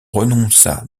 renonça